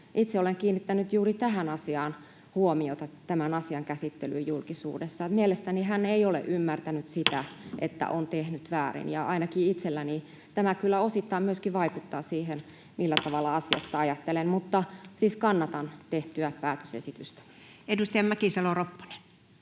Itse olen kiinnittänyt juuri tähän asiaan huomiota tämän asian käsittelyssä julkisuudessa. Mielestäni hän ei ole ymmärtänyt sitä, että on tehnyt väärin, ja ainakin itselläni tämä kyllä osittain myöskin vaikuttaa siihen, millä tavalla asiasta ajattelen. Kannatan siis tehtyä päätösesitystä. Edustaja Mäkisalo-Ropponen.